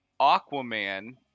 Aquaman